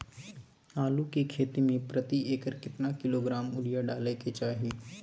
आलू के खेती में प्रति एकर केतना किलोग्राम यूरिया डालय के चाही?